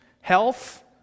Health